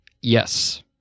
Yes